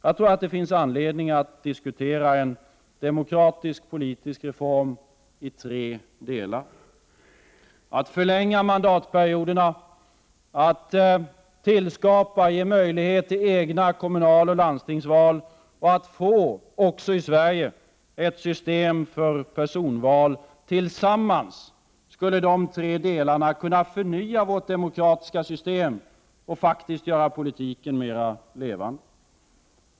Jag tycker att det finns anledning att diskutera en demokratisk politisk reform i tre delar: att förlänga mandatperioderna, att skapa möjlighet till separata kommunaloch landstingsval, att få också i Sverige ett system med personval. Tillsammans skulle dessa tre delar kunna förnya vårt demokratiska system och faktiskt göra politiken mera levande.